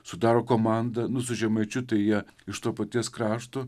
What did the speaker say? sudaro komandą nu su žemaičiu tai jie iš to paties krašto